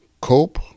Cope